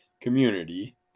community